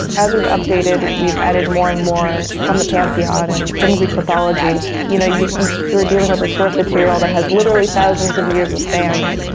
as we've updated, we've added more and more from the pantheon and from greek mythology. you know, you're dealing with a source material that has literally thousands of years of fans.